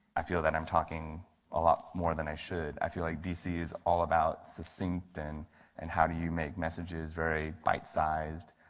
i feel that i am talking a lot more than i should. i feel like dc is all about distinct succinct and and how do you make messages very bite-size,